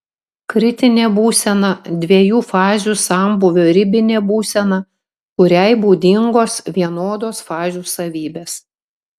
kritinė būsena dviejų fazių sambūvio ribinė būsena kuriai būdingos vienodos fazių savybės